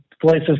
places